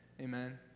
Amen